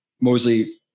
Mosley